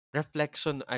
reflection